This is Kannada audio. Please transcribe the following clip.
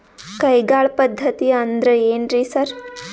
ಕೈಗಾಳ್ ಪದ್ಧತಿ ಅಂದ್ರ್ ಏನ್ರಿ ಸರ್?